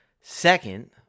Second